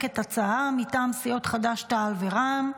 את ההצעה מטעם סיעות חד"ש-תע"ל ורע"מ.